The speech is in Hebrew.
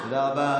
תודה רבה.